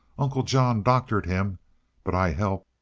uncle john doctored him but i helped.